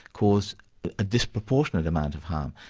cause a disproportionate amount of harm.